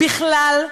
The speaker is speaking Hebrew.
בכלל,